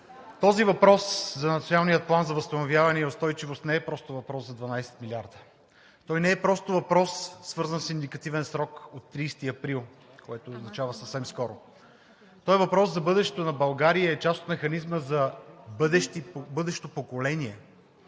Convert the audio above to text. Този въпрос за Националния план за възстановяване и устойчивост не е просто въпрос за 12 милиарда. Той не е просто въпрос, свързан с индикативен срок от 30 април, което означава съвсем скоро. Това е въпрос за бъдещето на България и е част от механизма за бъдещото поколение.